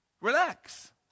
Relax